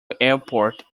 airport